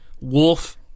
Wolf